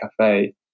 Cafe